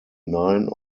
nine